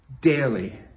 daily